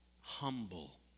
humble